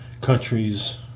countries